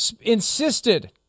insisted